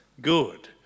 good